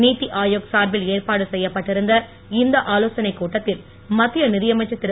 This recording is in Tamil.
நீத்தி ஆயோக் சார்பில் ஏற்பாடு செய்யப்பட்டிருந்த இந்த ஆலோசனை கூட்டத்தில் மத்திய நிதியமைச்சர் திரு